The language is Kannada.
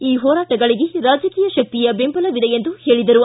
ಈ ಹೋರಾಟಗಳಿಗೆ ರಾಜಕೀಯ ಶಕ್ತಿಯ ಬೆಂಬಲವಿದೆ ಎಂದು ಹೇಳಿದರು